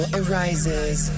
arises